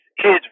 kids